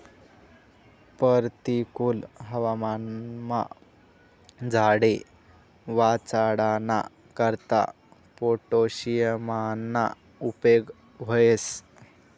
परतिकुल हवामानमा झाडे वाचाडाना करता पोटॅशियमना उपेग व्हस